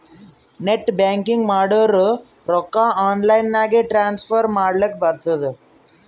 net banking ಮಾಡುರ್ ರೊಕ್ಕಾ online ನಾಗೆ ಟ್ರಾನ್ಸ್ಫರ್ ಮಾಡ್ಲಕ್ ಬರ್ತುದ್